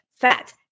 fat